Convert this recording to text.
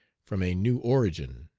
from a new origin,